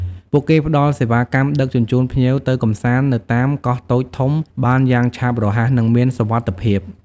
ពួកគេផ្តល់សេវាកម្មដឹកជញ្ជូនភ្ញៀវទៅកម្សាន្តនៅតាមកោះតូចធំបានយ៉ាងឆាប់រហ័សនិងមានសុវត្ថិភាព។